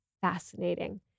fascinating